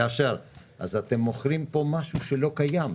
אז אתם מוכרים פה משהו שלא קיים,